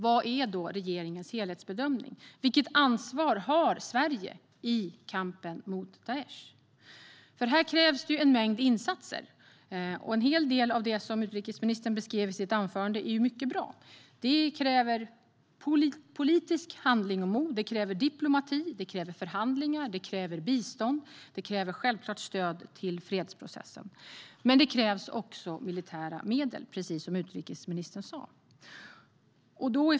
Vad är då regeringens helhetsbedömning? Vilket ansvar har Sverige i kampen mot Daish? Här krävs en mängd insatser. En hel del av det som utrikesministern beskrev i sitt anförande är mycket bra. Det krävs politisk handling och mod, det krävs diplomati och förhandlingar, det krävs bistånd och det krävs självklart stöd till fredsprocessen. Det krävs också militära medel, precis som utrikesministern sa.